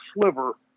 sliver